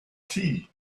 tea